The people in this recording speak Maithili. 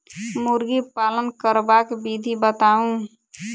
मुर्गी पालन करबाक विधि बताऊ?